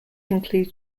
include